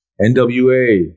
NWA